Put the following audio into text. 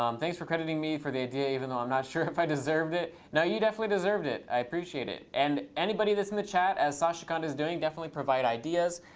um thanks for crediting me for the idea, even though i'm not sure if i deserved it. no, you definitely deserved it. i appreciate it. and anybody that's in the chat, as sashikant is doing, definitely provide ideas.